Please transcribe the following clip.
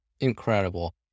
Incredible